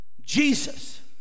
Jesus